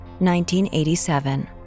1987